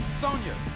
Sonya